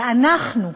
ואנחנו,